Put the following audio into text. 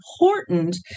important